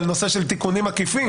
על נושא של תיקונים עקיפים.